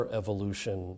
evolution